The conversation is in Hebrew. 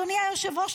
אדוני היושב-ראש,